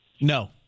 No